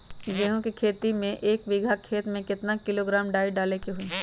गेहूं के खेती में एक बीघा खेत में केतना किलोग्राम डाई डाले के होई?